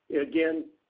again